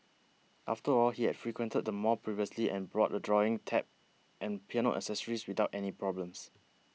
after all he had frequented the mall previously and brought a drawing tab and piano accessories without any problems